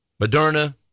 Moderna